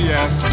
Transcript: Yes